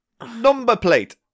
Numberplate